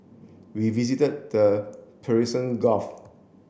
we visited the Persian Gulf